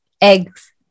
eggs